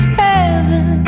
Heaven